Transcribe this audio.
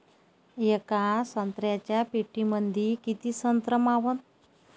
येका संत्र्याच्या पेटीमंदी किती संत्र मावन?